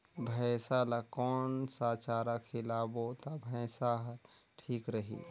भैसा ला कोन सा चारा खिलाबो ता भैंसा हर ठीक रही?